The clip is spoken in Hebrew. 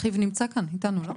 נמצא כאן איתנו, לא?